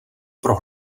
pro